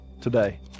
today